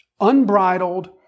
Unbridled